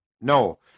no